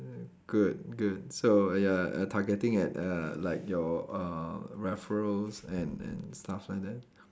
good good so you are targeting at uh like your uh referrals and and stuff like that